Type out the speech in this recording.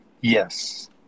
Yes